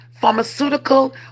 pharmaceutical